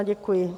Děkuji.